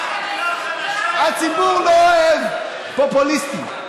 הציבור לא אוהב פופוליסטים.